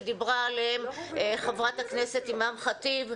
שדיברה עליהן חברת הכנסת אימאן ח'טיב,